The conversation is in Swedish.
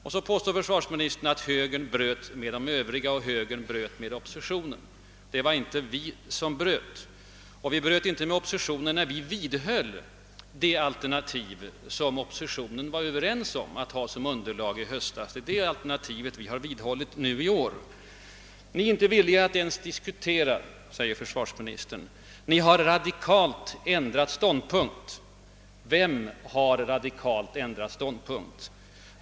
Vidare påstod försvarsministern, att högern bröt med oppositionen i övrigt. Det gjorde vi inte. Det kan inte sägas innebära en brytning om man vidhåller ett alternativ som oppositionen var överens om att ha som underlag i höstas. Det är detta alternativ som vi också håller fast vid i år. Försvarsministern sade att vi inte ens är villiga att diskutera och att vi radikalt har ändrat ståndpunkt. Vem har radikalt ändrat ståndpunkt?